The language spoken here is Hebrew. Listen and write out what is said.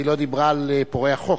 והיא לא דיברה על פורעי החוק.